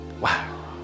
wow